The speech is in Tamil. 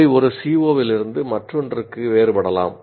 அவை ஒரு CO இலிருந்து மற்றொன்றுக்கு வேறுபடலாம்